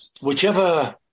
whichever